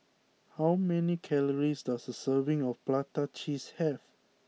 how many calories does a serving of Prata Cheese have